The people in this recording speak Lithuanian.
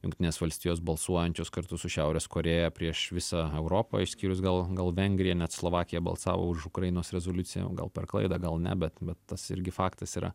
jungtinės valstijos balsuojančios kartu su šiaurės korėja prieš visą europą išskyrus gal gal vengrija net slovakija balsavo už ukrainos rezoliuciją o gal per klaidą gal ne bet bet tas irgi faktas yra